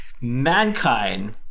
mankind